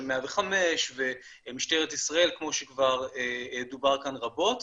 105 ומשטרת ישראל כמו שכבר דובר כאן רבות,